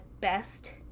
best